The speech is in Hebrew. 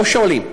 לא שואלים,